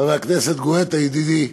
חבר הכנסת גואטה, ידידי,